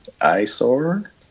eyesore